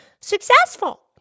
successful